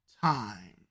time